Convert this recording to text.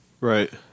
Right